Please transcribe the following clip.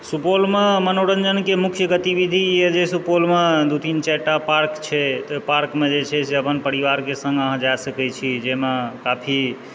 सुपौलमे मनोरञ्जनके मुख्य गतिविधि ई यए जे सुपौलमे दू तीन चारि टा पार्क छै तऽ ओहि पार्कमे जे छै अपन परिवारके सङ्ग अहाँ जा सकैत छी जाहिमे काफी